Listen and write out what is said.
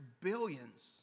billions